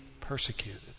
persecuted